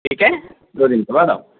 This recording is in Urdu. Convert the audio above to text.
ٹھیک ہے دو دن کے بعد آؤ